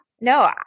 No